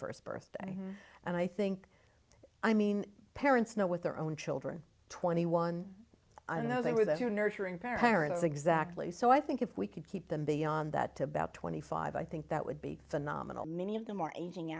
first birthday and i think i mean parents know with their own children twenty one i don't know they were that you're nurturing parents exactly so i think if we could keep them beyond that to about twenty five i think that would be phenomenal many of them are aging